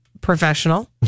professional